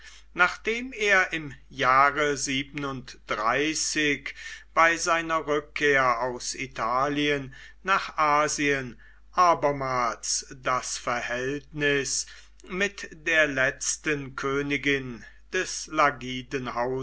nachdem er im jahre bei seiner rückkehr aus italien nach asien abermals das verhältnis mit der letzten königin des